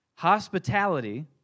hospitality